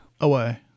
Away